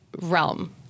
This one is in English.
realm